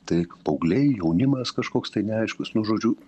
tai paaugliai jaunimas kažkoks tai neaiškus nu žodžiu